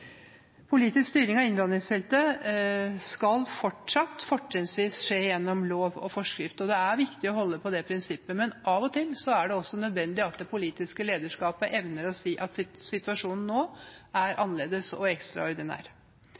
Politisk styring av innvandringsfeltet skal fortsatt fortrinnsvis skje gjennom lov og forskrift. Det er viktig å holde på det prinsippet, men av og til er det nødvendig at det politiske lederskapet evner å si at situasjonen nå er annerledes og ekstraordinær.